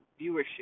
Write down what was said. viewership